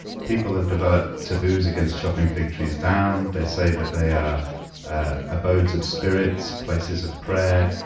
people have developed taboos against chopping fig trees down. they say that they are abodes of spirits, places of prayer.